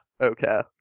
Okay